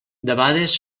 debades